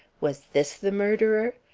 was this the murderer?